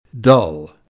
dull